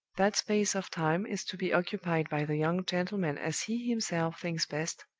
that space of time is to be occupied by the young gentleman as he himself thinks best,